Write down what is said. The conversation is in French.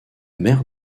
maire